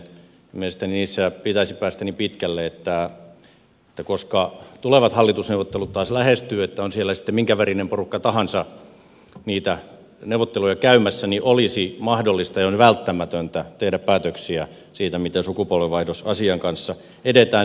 mielestäni niissä pitäisi päästä niin pitkälle että koska tulevat hallitusneuvottelut taas lähestyvät on siellä sitten minkä värinen porukka tahansa niitä neuvotteluja käymässä niin olisi mahdollista ja on välttämätöntä tehdä päätöksiä siitä miten sukupolvenvaihdosasian kanssa edetään